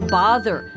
Bother